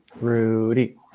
Rudy